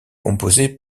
composée